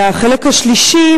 והחלק השלישי,